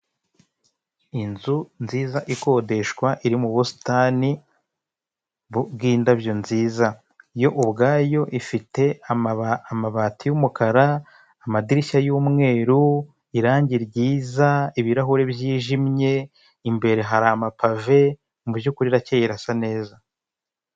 Inzu nziza ikodeshwa, iri mu busitani bw'indabyo nziza, yo ubwayo ifite amabati y'umukara, amadirishya y'umweru, irangi ryiza, ibirahuri byijimye, imbere hari amapave mu byukuri irakeye irasa neza.